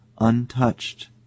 untouched